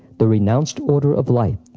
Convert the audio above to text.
the renounced order of life.